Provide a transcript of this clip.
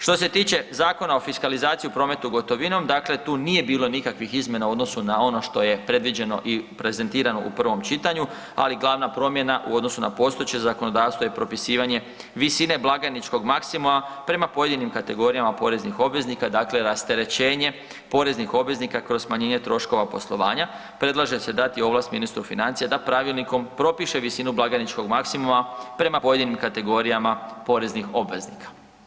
Što se tiče Zakona o fiskalizaciji u prometu gotovinom, dakle tu nije bilo nikakvih izmjena u odnosu na ono što je predviđeno i prezentirano u prvom čitanju, ali glavna promjena u odnosu na postojeće zakonodavstvo je propisivanje visine blagajničkog maksimuma prema pojedinim kategorijama poreznih obveznika, dakle rasterećenje poreznih obveznika kroz smanjenje troškova poslovanja predlaže se dati ovlast ministru financija da pravilnikom propiše visinu blagajničkog maksimuma prema pojedinim kategorijama poreznih obveznika.